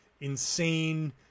insane